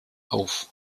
auf